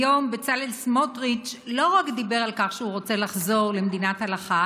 היום בצלאל סמוטריץ' לא רק דיבר על כך שהוא רוצה לחזור למדינת הלכה